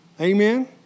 amen